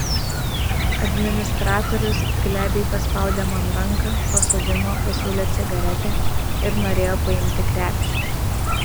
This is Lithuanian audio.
administratorius glebiai paspaudė man ranką pasodino pasiūlė cigaretę ir norėjo paimti krepšį